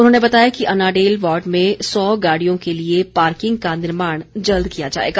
उन्होंने बताया कि अनाडेल वार्ड में सौ गाड़ियों के लिए पार्किंग का निर्माण जल्द किया जाएगा